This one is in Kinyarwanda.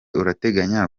urateganya